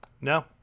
No